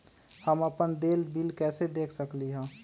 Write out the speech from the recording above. हम अपन देल बिल कैसे देख सकली ह?